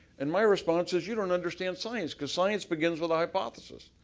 and my response is you don't understand science, cuz science begins with a hypothesis,